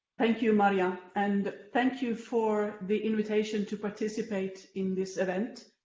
thank you marja and thank you for the invitation to participate in this event.